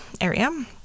area